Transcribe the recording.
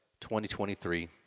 2023